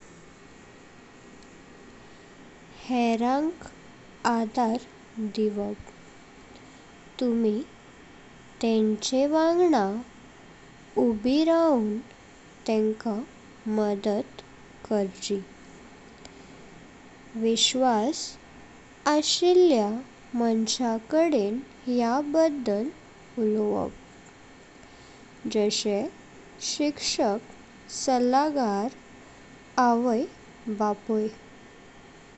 हेरांक आधार दिवप, तुम्ही तेंचेंवग्दा उबी राहुन तेंका मदद करची तसेच विश्वास अशिल्ल्या मांसाकडें ह्यां बद्दल उल्वाप जशे शिक्षक, सल्लगार, आई बापुई।